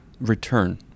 return